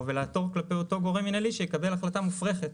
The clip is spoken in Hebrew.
ולעתור נגד אותו גורם מנהלי שיקבל החלטה מופרכת.